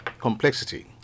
complexity